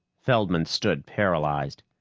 feldman stood paralyzed.